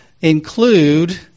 include